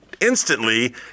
instantly